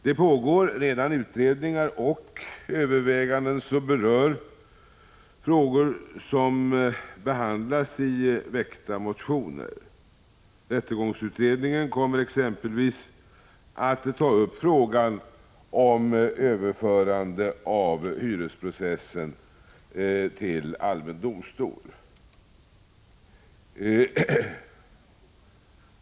Det pågår redan utredningar och överväganden som berör frågor vilka behandlas i väckta motioner. Rättegångsutredningen kommer exempelvis att ta upp frågan om överförande av hyresprocessen till allmän domstol.